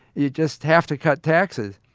you just have to cut taxes.